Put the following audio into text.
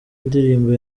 ndirimbo